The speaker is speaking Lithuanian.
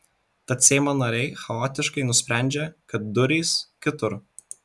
tad seimo nariai chaotiškai nusprendžia kad durys kitur